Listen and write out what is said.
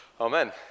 Amen